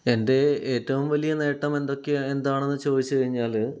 എൻ്റെ ഏറ്റവും വലിയ നേട്ടം എന്തൊക്കെയാണ് എന്താണെന്ന് ചോദിച്ചു കഴിഞ്ഞാൽ